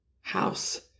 house